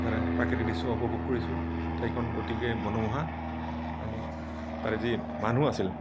তাৰে প্ৰাকৃতিক দৃশ্য উপভোগ কৰিছোঁ ঠাইখন অতিকৈ মহোমোহা আৰু তাৰে যি মানুহ আছিল